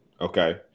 Okay